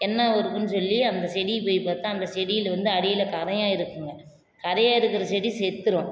என்னாவாக இருக்கும்னு சொல்லி அந்த செடியை போய் பார்த்தா அந்த செடியில் வந்து அடியில் கரையான் இருக்கும்க கரையான் இருக்கிற செடி செத்துடும்